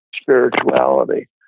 spirituality